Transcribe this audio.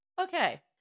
Okay